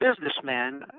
businessman